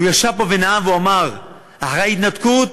הוא ישב פה ונאם ואמר: אחרי ההתנתקות,